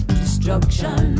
Destruction